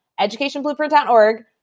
educationblueprint.org